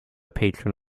patron